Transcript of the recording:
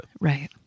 Right